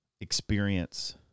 experience